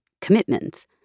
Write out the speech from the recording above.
commitments